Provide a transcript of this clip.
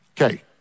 Okay